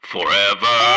Forever